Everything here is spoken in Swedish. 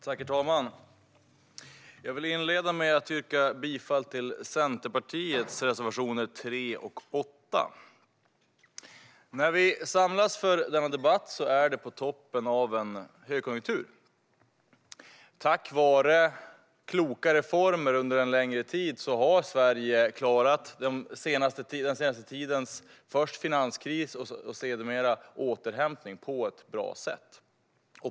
Herr talman! Jag vill inleda med att yrka bifall till Centerpartiets reservationer 3 och 8. När vi samlas för denna debatt är det på toppen av en högkonjunktur. Tack vare kloka reformer under en längre tid har Sverige klarat den senaste tidens finanskris och sedermera återhämtning på ett bra sätt.